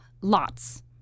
lots